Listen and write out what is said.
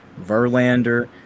Verlander